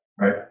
Right